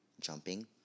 jumping